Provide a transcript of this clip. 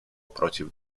против